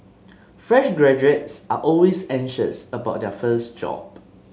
fresh graduates are always anxious about their first job